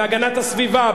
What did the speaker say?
בהגנת הסביבה,